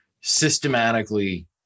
systematically